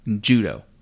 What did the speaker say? Judo